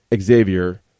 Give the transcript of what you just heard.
Xavier